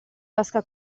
vasca